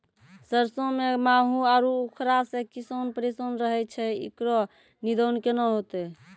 सरसों मे माहू आरु उखरा से किसान परेशान रहैय छैय, इकरो निदान केना होते?